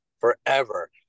forever